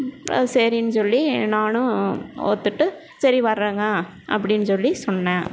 சரின்னு சொல்லி நானும் ஒத்துட்டு சரி வர்றேன்ங்க அப்படின்னு சொல்லி சொன்னேன்